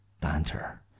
banter